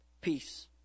Peace